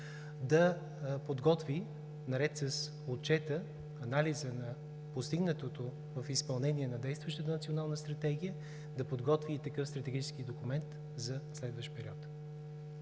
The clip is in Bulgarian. да подготви наред с отчета и анализа на постигнатото в изпълнение на действащата Национална стратегия, да подготви и такъв стратегически документ за следващ период.